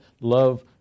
love